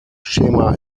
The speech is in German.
schema